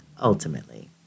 ultimately